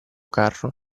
carro